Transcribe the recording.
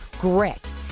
grit